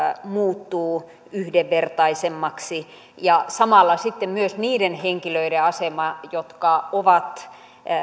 muuttuu yhdenvertaisemmaksi ja samalla myös sitten niiden henkilöiden asema jotka ovat